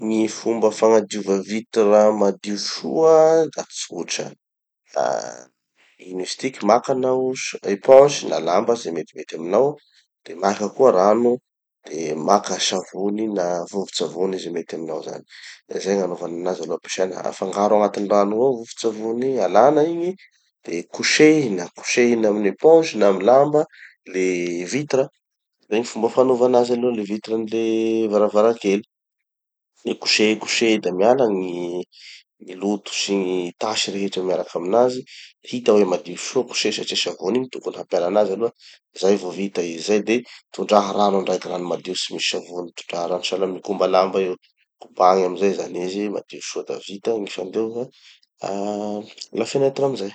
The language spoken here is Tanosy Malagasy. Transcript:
Gny fomba fagnadiova vitra madio soa da tsotra. Ah ino izy tiky, maka hanao si- eponge na lamba, ze metimety aminao. De maka koa rano, de maka savony na vovotsavony, ze mety aminao zany. Da zay gn'anovan'anazy aloha, ampiasana ah afangaro agnatin'ny rano igny ao vovotsavony igny, alàna igny, de kosehy na kosehina amin'ny eponge na lamba le vitra, zay gny fomba fanova anazy aloha, le vitrany le varavarankely. Fe kosehy kosehy da miala gny gny loto sy gny tasy rehetra miaraky aminazy. Hita hoe madio soa, kosehy, satria savony igny tokony hampiala anazy aloha, zay vo vita izy zay de tondraha rano andraiky, rano madio tsy misy savony, tondraha rano sahala amy mikoba lamba io, kobagny amizay zany izy, madio soa da vita gny fandiova ah lafenetra amizay.